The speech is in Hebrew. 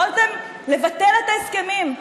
יכולתם לבטל את ההסכמים.